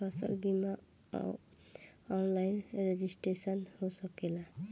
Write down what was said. फसल बिमा online registration हो सकेला?